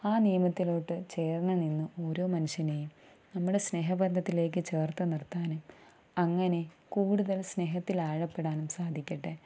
ആ നിയമത്തിലോട്ടു ചേർന്നു നിന്ന് ഓരോ മനുഷ്യനെയും നമ്മുടെ സ്നേഹബന്ധത്തിലേക്കു ചേർത്തു നിർത്താനും അങ്ങനെ കൂടുതൽ സ്നേഹത്തിൽ ആഴപ്പെടാനും സാധിക്കട്ടെ